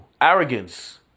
arrogance